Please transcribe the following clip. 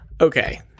Okay